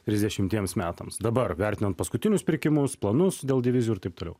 trisdešimtiems metams dabar vertinant paskutinius pirkimus planus dėl divizijų ir taip toliau